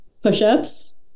Push-ups